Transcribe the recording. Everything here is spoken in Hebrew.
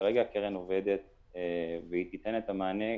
כרגע הקרן עובדת והיא תיתן את המענה,